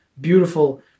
beautiful